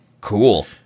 Cool